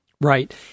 Right